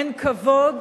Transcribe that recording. אין כבוד